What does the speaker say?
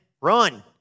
Run